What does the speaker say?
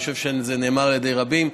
אני חושב שזה נאמר על ידי רבים.